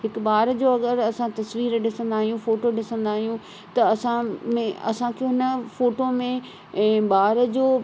हिक ॿार जो अगरि तस्वीर ॾिसंदा आहियूं फोटो ॾिसंदा आहियूं त असां में असांखे उन फोटो में ॿार जो